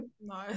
No